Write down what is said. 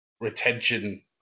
retention